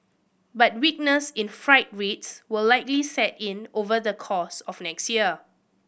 but weakness in freight rates will likely set in over the course of next year